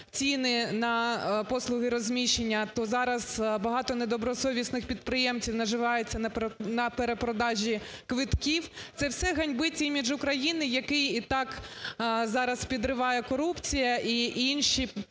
ціни на послуги розміщення, то зараз багато недобросовісних підприємців наживаються на перепродажі квитків. Це все ганьбить імідж України, який і так зараз підриває корупція і інші